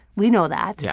we know that, yeah